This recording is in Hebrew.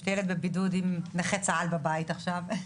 יש לי ילד בבידוד עם נכה צה"ל בבית עכשיו,